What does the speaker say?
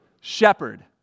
Shepherd